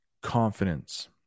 Confidence